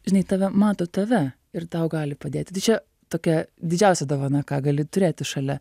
žinai tave mato tave ir tau gali padėti tai čia tokia didžiausia dovana ką gali turėti šalia